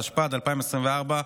התשפ"ד 2024,